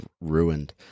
ruined